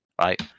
Right